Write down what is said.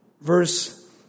Verse